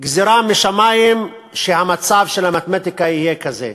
גזירה משמים שהמצב של המתמטיקה יהיה כזה.